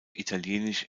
italienisch